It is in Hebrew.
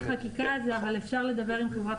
אני אישית לא הייתי בתהליך החקיקה הזה אבל אפשר לדבר עם חברת